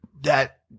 That-